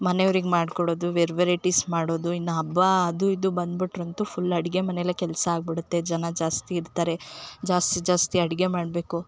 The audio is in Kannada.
ಮನೆಯವ್ರಿಗೆ ಮಾಡಿಕೊಡೋದು ಬೇರೆಬೇರೆ ಡಿಸ್ ಮಾಡೋದು ಇನ್ನು ಹಬ್ಬ ಅದು ಇದು ಬಂದ್ಬಿಟ್ರಂತು ಫುಲ್ ಅಡಿಗೆ ಮನೆಯಲ್ಲೇ ಕೆಲಸ ಆಗ್ಬಿಡುತ್ತೆ ಜನ ಜಾಸ್ತಿ ಇರ್ತಾರೆ ಜಾಸ್ತಿ ಜಾಸ್ತಿ ಅಡಿಗೆ ಮಾಡಬೇಕು